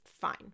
Fine